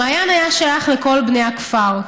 המעיין היה שייך לכל בני הכפר.